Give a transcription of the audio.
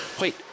Wait